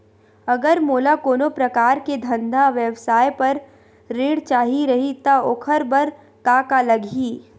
अगर मोला कोनो प्रकार के धंधा व्यवसाय पर ऋण चाही रहि त ओखर बर का का लगही?